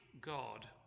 God